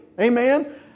Amen